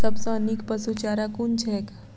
सबसँ नीक पशुचारा कुन छैक?